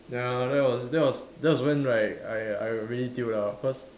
ya that was that was that was when right I I got really tio ah cause